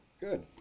Good